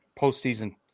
postseason